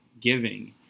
giving